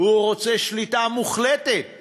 הוא רוצה שליטה מוחלטת